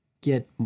get